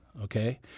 okay